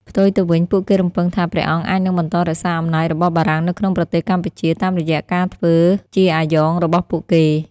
ផ្ទុយទៅវិញ ពួកគេរំពឹងថា ព្រះអង្គអាចនឹងបន្តរក្សាអំណាចរបស់បារាំងនៅក្នុងប្រទេសកម្ពុជា តាមរយៈការធ្វើជាអាយ៉ងរបស់ពួកគេ។